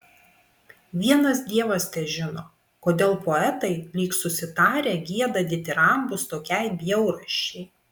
vienas dievas težino kodėl poetai lyg susitarę gieda ditirambus tokiai bjaurasčiai